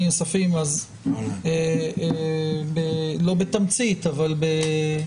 יותר משני עשורים אני מלווה את המהלכים החוקתיים ואת היוזמות